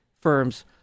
firms